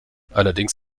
allerdings